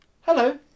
Hello